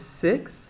six